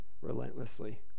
relentlessly